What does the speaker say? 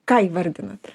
ką įvardinat